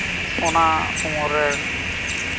ᱚᱱᱟ ᱩᱢᱮᱨ ᱨᱮᱱ